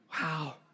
wow